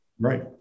Right